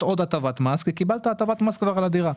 עוד הטבת מס כי כבר קיבלת הטבת מס על הדירה.